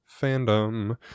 fandom